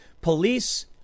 Police